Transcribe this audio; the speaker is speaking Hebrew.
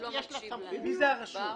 לרשות יש סמכות --- מי זה הרשות?